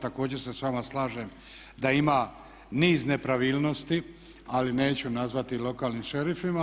Također se s vama slažem da ima niz nepravilnosti ali neću ih nazvati lokalnim šerifima.